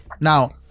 Now